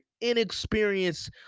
inexperienced